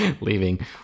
leaving